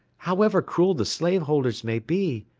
however cruel the slave-holders may be,